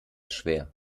schwer